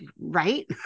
Right